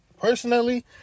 Personally